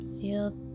feel